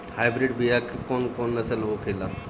Hybrid बीया के कौन कौन नस्ल होखेला?